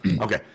okay